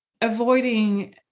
avoiding